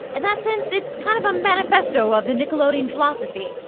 and that sense, it's kind of a manifesto of the nickelodeon philosophy.